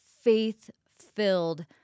faith-filled